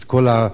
את כל השרצים,